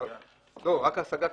כתוב רק "השגה".